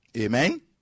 Amen